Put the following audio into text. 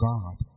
God